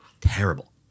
terrible